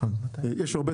יש הרבה